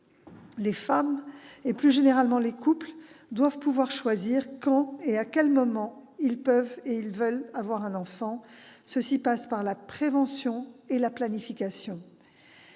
Les femmes, et plus généralement les couples, doivent pouvoir choisir quand et à quel moment ils peuvent et ils veulent avoir un enfant. Cela passe par la prévention et la planification.